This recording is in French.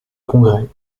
congrès